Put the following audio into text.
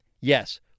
Yes